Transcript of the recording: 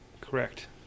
Correct